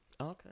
Okay